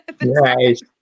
Nice